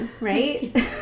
right